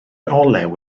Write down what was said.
olew